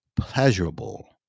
pleasurable